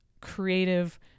creative